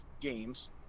games